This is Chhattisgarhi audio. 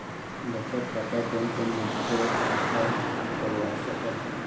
बचत खाता कोन कोन मनखे ह खोलवा सकत हवे?